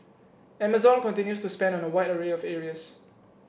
Amazon continues to spend on a wide array of areas